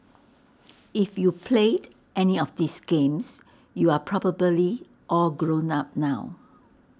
if you played any of these games you are probably all grown up now